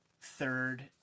third